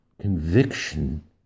conviction